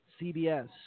CBS